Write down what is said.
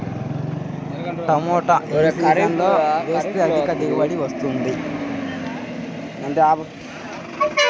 టమాటా ఏ సీజన్లో వేస్తే అధిక దిగుబడి వస్తుంది?